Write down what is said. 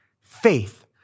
Faith